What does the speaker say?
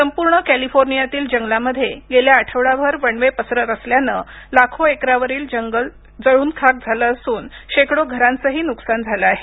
संपूर्ण कॅलिफोर्नियातील जंगलामध्ये गेल्या आठवडाभर वणवे पसरत असल्यानं लाखो एकरावरील जंगल जळून खाक झालं असून शेकडो घरांचंही नुकसान झालं आहे